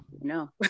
No